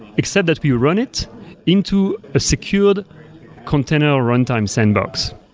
except that we run it into a secured container runtime sandbox.